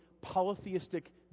polytheistic